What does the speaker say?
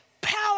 Power